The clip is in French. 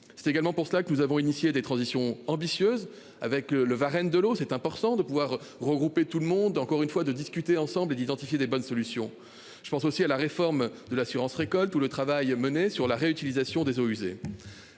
C'est également pour cela que nous avons initié des transitions ambitieuse avec le Varenne, de l'eau c'est important de pouvoir regrouper tout le monde, encore une fois de discuter ensemble et d'identifier des bonnes solutions. Je pense aussi à la réforme de l'assurance-récolte ou le travail mené sur la réutilisation des eaux usées.